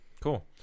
Cool